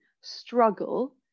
struggle